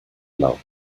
blau